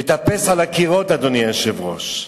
מטפס על הקירות, אדוני היושב-ראש.